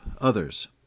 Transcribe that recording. others